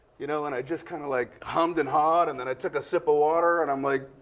you know, and i just kind of, like, hummed and hawed. and then, i took a sip of water. and i'm like,